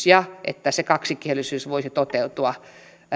ja toivoisin että se kaksikielisyys voisi toteutua